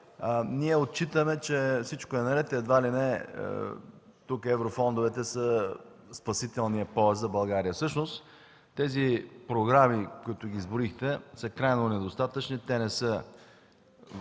ние отчитаме, че всичко е наред и едва ли не тук еврофондовете са спасителният пояс за България. Всъщност тези програми, които изброихте, са безкрайно недостатъчни. Те не са